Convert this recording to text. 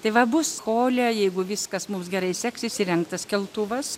tai va bus hole jeigu viskas mums gerai seksis įrengtas keltuvas